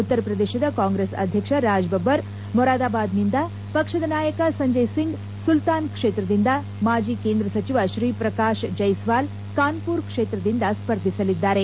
ಉತ್ತರ ಪ್ರದೇಶದ ಕಾಂಗ್ರೆಸ್ ಅಧ್ಯಕ್ಷ ರಾಜ್ ಬಬ್ಬರ್ ಮೊರಾದಾಬಾದ್ನಿಂದ ಪಕ್ಷದ ನಾಯಕ ಸಂಜಯ್ ಸಿಂಗ್ ಸುಲ್ತಾನ್ ಕ್ಷೇತ್ರದಿಂದ ಮಾಜಿ ಕೇಂದ್ರ ಸಚಿವ ಶ್ರೀಪ್ರಕಾಶ್ ಜೈಸ್ವಾಲ್ ಕಾನ್ಬುರ್ ಕ್ಷೇತ್ರದಿಂದ ಸ್ಪರ್ಧಿಸಲಿದ್ದಾರೆ